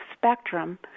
spectrum